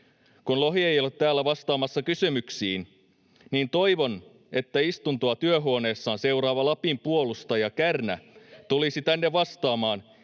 Kun Lohi ei ole täällä vastaamassa kysymyksiin, niin toivon, että istuntoa työhuoneessaan seuraava Lapin puolustaja Kärnä tulisi tänne vastaamaan: